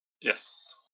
Yes